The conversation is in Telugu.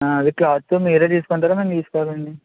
అదే క్లాత్ మీరు తీసుకుంటారా మేం తీసుకోవాలా అండి